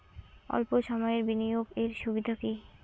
অল্প সময়ের বিনিয়োগ এর সুবিধা কি?